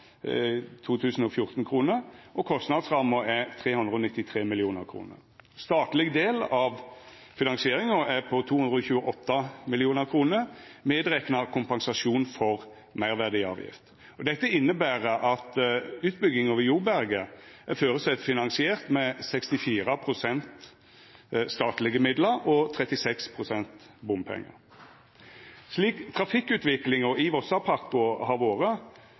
er 393 mill. kr. Statleg del av finansieringa er på 228 mill. kr, medrekna kompensasjon for meirverdiavgift. Dette inneber at utbygginga ved Joberget er føresett finansiert med 64 pst. statlege midlar og 36 pst. bompengar. Slik trafikkutviklinga i Vossapakko har vore,